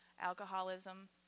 alcoholism